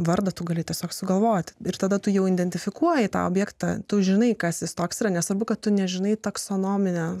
vardą tu gali tiesiog sugalvoti ir tada tu jau identifikuoji tą objektą tu žinai kas jis toks yra nesvarbu kad tu nežinai taksonominę